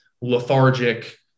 lethargic